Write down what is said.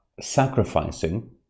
sacrificing